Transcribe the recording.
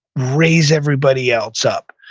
raise everybody else up.